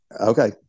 Okay